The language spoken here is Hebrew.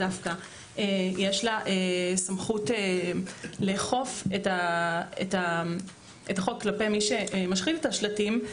יש לה סמכות לאכוף את החוק כלפי מי שמשחית את השלטים.